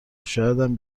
شایدم